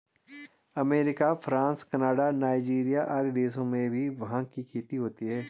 America, France, Canada, Nigeria आदि देशों में भी भाँग की खेती होती है